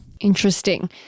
Interesting